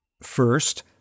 First